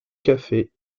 café